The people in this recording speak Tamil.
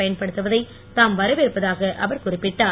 பயன்படுத்துவதை தாம் வரவேற்பதாக அவர் குறிப்பிட்டார்